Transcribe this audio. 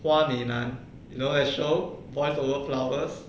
花美男 you know that show boys over flowers